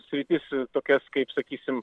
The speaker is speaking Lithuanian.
sritis tokias kaip sakysim